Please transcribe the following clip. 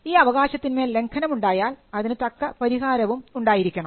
ഈ അവകാശത്തിന്മേൽ ലംഘനമുണ്ടായാൽ അതിന് തക്ക പരിഹാരവും ഉണ്ടായിരിക്കണം